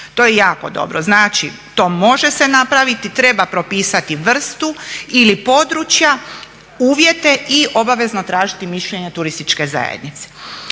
To je jako dobro, znači to može se napraviti, treba propisati vrstu ili područja, uvjete i obavezno tražiti mišljenje turističke zajednice.